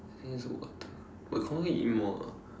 since it's over but I can't wait to eat more ah